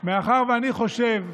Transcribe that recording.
שאני חושב,